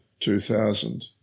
2000